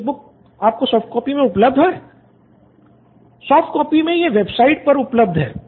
student 4 soft copy मे यह website पर उपलब्ध है